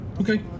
Okay